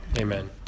Amen